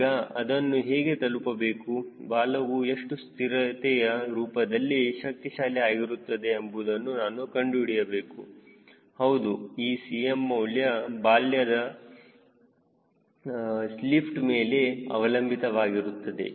ಈಗ ಅದನ್ನು ಹೇಗೆ ತಲುಪಬೇಕು ಬಾಲವು ಎಷ್ಟು ಸ್ಥಿರತೆಯ ರೂಪದಲ್ಲಿ ಶಕ್ತಿಶಾಲಿ ಆಗಿರುತ್ತದೆ ಎಂಬುದನ್ನು ನಾನು ಕಂಡುಹಿಡಿಯಬೇಕು ಹೌದು ಈ Cm ಮೌಲ್ಯ ಬಾಲದ ಲಿಫ್ಟ್ ಮೇಲೆ ಅವಲಂಬಿತವಾಗಿರುತ್ತದೆ